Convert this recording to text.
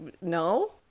No